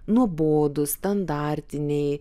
nuobodūs standartiniai